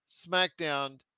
SmackDown